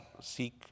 seek